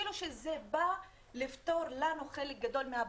כאילו זה בא לפתור לנו חלק גדול מהבעיה.